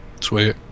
Sweet